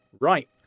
Right